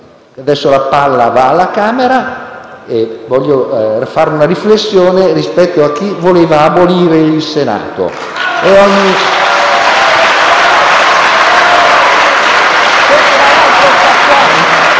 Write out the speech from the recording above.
Adesso la palla passa alla Camera. Voglio fare una riflessione rispetto a chi voleva abolire il Senato.